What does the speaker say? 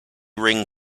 ring